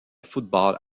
football